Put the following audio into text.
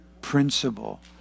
principle